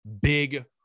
big